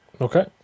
okay